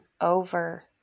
over